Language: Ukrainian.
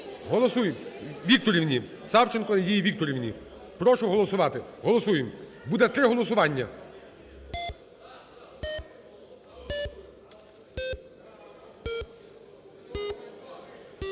Голосуємо. Вікторівні, Савченко Надії Вікторівні. Прошу голосувати, голосуємо. Буде три голосування.